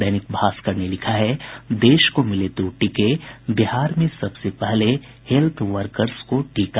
दैनिक भास्कर ने लिखा है देश को मिले दो टीके बिहार में सबसे पहले हेल्थ वर्कर्स को टीका